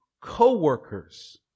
co-workers